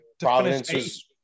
Providence